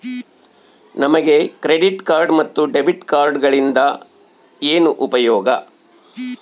ನಮಗೆ credit card ಮತ್ತು debit ಕಾರ್ಡುಗಳಿಂದ ಏನು ಉಪಯೋಗ?